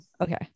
Okay